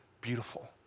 beautiful